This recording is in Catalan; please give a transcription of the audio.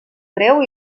breu